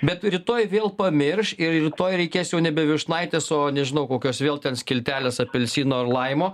bet rytoj vėl pamirš ir rytoj reikės jau nebe vyšnaitės o nežinau kokios vėl ten skiltelės apelsino ar laimo